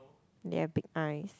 they have big eyes